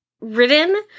ridden